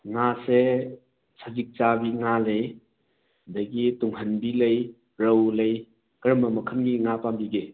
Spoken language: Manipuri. ꯉꯥꯁꯦ ꯁꯖꯤꯛ ꯆꯥꯕꯤ ꯉꯥ ꯂꯩ ꯑꯗꯒꯤ ꯇꯨꯡꯍꯟꯕꯤ ꯂꯩ ꯔꯧ ꯂꯩ ꯀꯔꯝꯕ ꯃꯈꯜꯒꯤ ꯉꯥ ꯄꯥꯝꯕꯤꯒꯦ